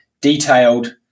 detailed